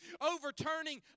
Overturning